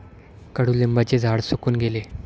कडुलिंबाचे झाड सुकून गेले